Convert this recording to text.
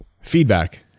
Feedback